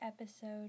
episode